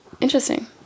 Interesting